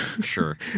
Sure